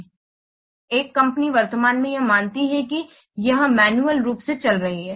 इसलिए एक कंपनी वर्तमान में यह मानती है कि यह मैन्युअल रूप से चल रही है